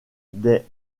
des